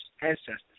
ancestors